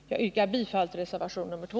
Jag yrkar bifall till reservationen 2.